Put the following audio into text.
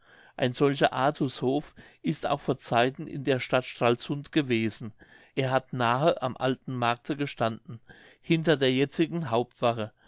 ein solcher artushof ist auch vor zeiten in der stadt stralsund gewesen er hat nahe am alten markte gestanden hinter der jetzigen hauptwache